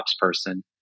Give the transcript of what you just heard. person